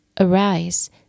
Arise